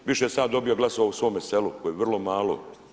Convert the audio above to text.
Više sam ja dobio glasova u svome selu koje je vrlo malo.